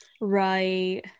right